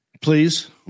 Please